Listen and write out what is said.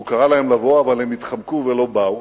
הוא קרא להם לבוא, אבל הם התחמקו ולא באו.